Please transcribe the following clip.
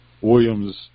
Williams